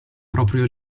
proprio